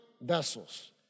vessels